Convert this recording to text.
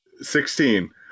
Sixteen